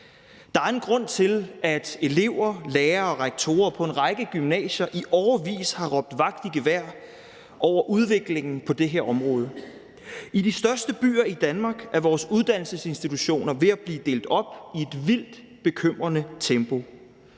Der er en grund til, at elever, lærere og rektorer på en række gymnasier i årevis har råbt vagt i gevær over udviklingen på det her område. I de største byer i Danmark er vores uddannelsesinstitutioner ved at blive delt op i et vildt bekymrende tempo: